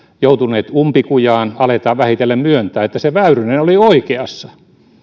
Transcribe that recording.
joutuneet umpikujaan aletaan vähitellen myöntää että se väyrynen oli oikeassa